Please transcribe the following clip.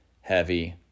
heavy